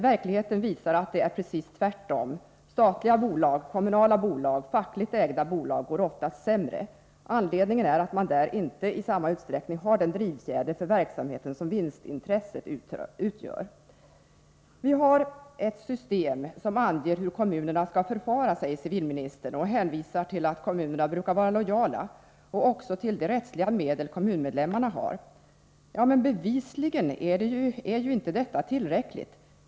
Verkligheten visar att det är precis tvärtom. Statliga bolag, kommunala bolag och fackligt ägda bolag går oftast sämre. Anledningen är att man där inte i samma utsträckning har den drivfjäder för verksamheten som vinstintresset utgör. Vi har ett system som anger hur kommunerna skall förfara, säger civilministern och hänvisar till att kommunerna brukar vara lojala. Han hänvisar också till de rättsliga medel som kommunmedlemmarna har. Ja, men bevisligen är ju detta inte tillräckligt.